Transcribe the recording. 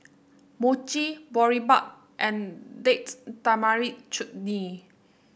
Mochi Boribap and Date Tamarind Chutney